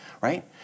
right